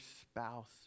spouse